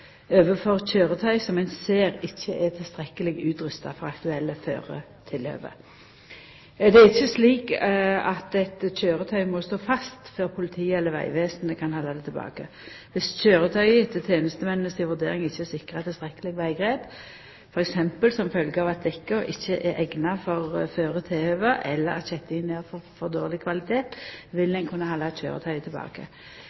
køyretøy som ein ser ikkje er tilstrekkeleg utrusta for aktuelle føretilhøve. Det er ikkje slik at eit køyretøy må stå fast før politiet eller Vegvesenet kan halda det tilbake. Dersom køyretøyet etter tenestemennene si vurdering ikkje er sikra tilstrekkeleg veggrep, f.eks. som følgje av at dekka ikkje er eigna for føretilhøva, eller at kjettingen er av for dårleg kvalitet,